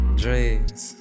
dreams